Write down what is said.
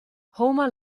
homer